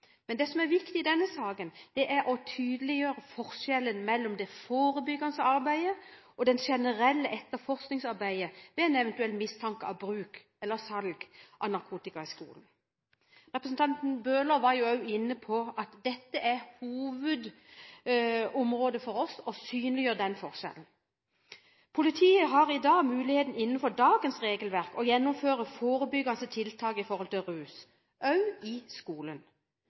Men det som er viktig i denne saken, er å tydeliggjøre forskjellen mellom det forebyggende arbeidet og det generelle etterforskningsarbeidet ved en eventuell mistanke om bruk eller salg av narkotika i skolen. Representanten Bøhler var jo også inne på at dette er hovedområdet for oss – å synliggjøre den forskjellen. Politiet har i dag muligheten innenfor dagens regelverk til å gjennomføre forebyggende tiltak mot rus, også i skolen.